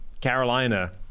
Carolina